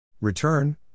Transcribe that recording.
Return